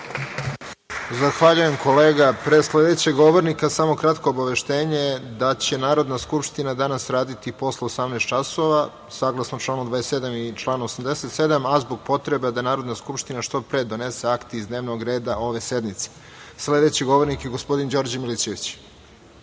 Zahvaljujem, kolega. Pre sledećeg govornika, samo kratko obaveštenje da će Narodna skupština danas raditi i posle 18,00 časova saglasno članu 27. i članu 87, a zbog potrebe da Narodna skupština što pre donese akte iz dnevnog reda ove sednice. Sledeći govornik je gospodin Đorđe Milićević.